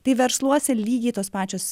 tai versluose lygiai tos pačios